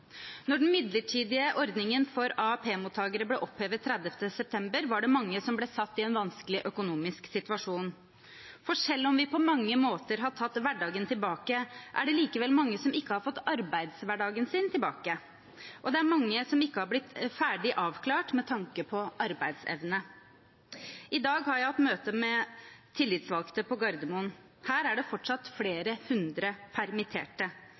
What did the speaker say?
den midlertidige ordningen for AAP-mottakere ble opphevet den 30. september, var det mange som ble satt i en vanskelig økonomisk situasjon, for selv om vi på mange måter har tatt hverdagen tilbake, er det likevel mange som ikke har fått arbeidshverdagen sin tilbake, og det er mange som ikke har blitt ferdig avklart med tanke på arbeidsevne. I dag har jeg hatt møte med tillitsvalgte på Gardermoen. Der er det fortsatt flere hundre permitterte